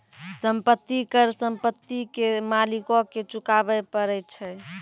संपत्ति कर संपत्ति के मालिको के चुकाबै परै छै